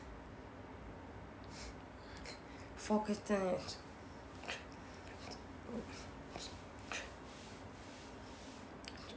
four question left